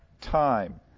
time